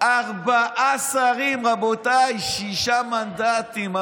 ארבעה שרים, רבותיי, שישה מנדטים.